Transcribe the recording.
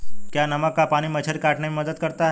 क्या नमक का पानी मच्छर के काटने में मदद करता है?